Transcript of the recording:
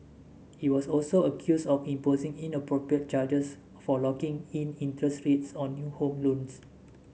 it was also accused of imposing inappropriate charges for locking in interest rates on new home loans